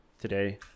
today